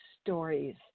stories